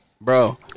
bro